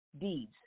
deeds